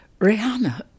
Rihanna